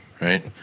right